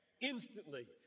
instantly